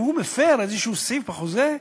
אם הוא מפר איזשהו סעיף בחוזה,